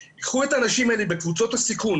וכל מי שיכול ייקחו את האנשים האלה בקבוצות הסיכון,